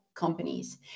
companies